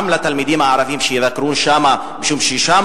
התלמידים הערבים יבקרו שם משום ששם,